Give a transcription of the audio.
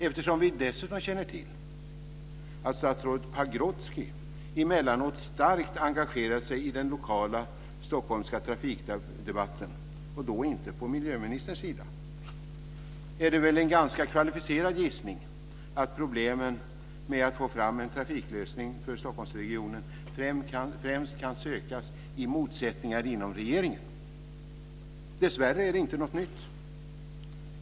Eftersom vi dessutom känner till att statsrådet Pagrotsky emellanåt starkt engagerat sig i den lokala stockholmska trafikdebatten och då inte på miljöministerns sida, är det väl en ganska kvalificerad gissning att problemen med att få fram en trafiklösning för Stockholmsregionen främst kan sökas i motsättningar inom regeringen. Dessvärre är det inte något nytt.